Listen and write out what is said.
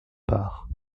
part